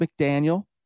McDaniel